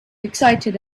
excited